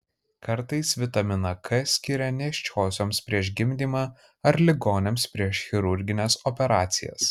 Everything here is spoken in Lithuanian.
kartais vitaminą k skiria nėščiosioms prieš gimdymą ar ligoniams prieš chirurgines operacijas